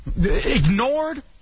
Ignored